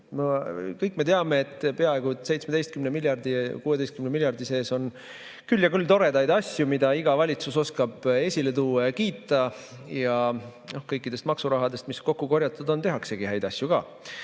Kõik me teame, et peaaegu 17 miljardi sees on küll ja küll toredaid asju, mida iga valitsus oskab esile tuua ja kiita, ja kõikidest maksurahadest, mis kokku on korjatud, tehaksegi häid asju ka.